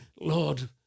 Lord